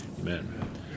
Amen